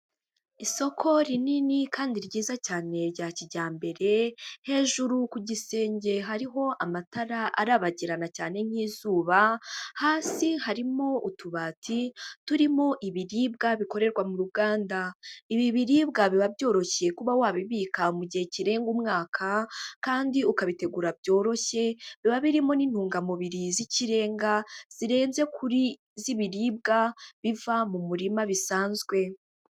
Isoko rinini kandi ryiza cyane rya kijyambere, hejuru ku gisenge hariho amatara arabagirana cyane nk'izuba, hasi harimo utubati turimo ibiribwa bikorerwa mu ruganda. Ibi biribwa biba byoroshye kuba wabika mu gihe kirenga umwaka, kandi ukabitegura byoroshye, biba birimo n'intungamubiri z'ikirenga zirenze kure iz'ibiribwa biva mu murima bisanzwe.